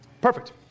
Perfect